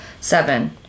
Seven